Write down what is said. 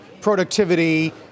productivity